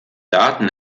daten